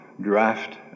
draft